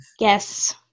Yes